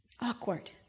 awkward